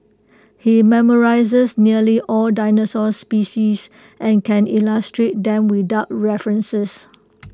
he's memorised nearly all dinosaur species and can illustrate them without references